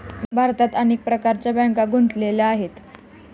भारतात अनेक प्रकारच्या बँका गुंतलेल्या आहेत